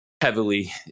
heavily